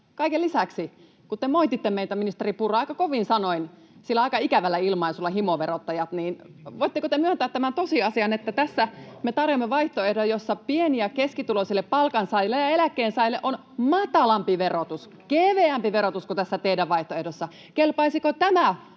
Kaiken lisäksi, kun te moititte meitä, ministeri Purra, aika kovin sanoin sillä aika ikävällä ilmaisulla ”himoverottajat”, niin voitteko te myöntää tämän tosiasian, että tässä me tarjoamme vaihtoehdon, jossa pieni- ja keskituloisille palkansaajille ja eläkkeensaajille on matalampi verotus, keveämpi verotus kuin tässä teidän vaihtoehdossanne? Kelpaisiko tämä